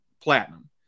platinum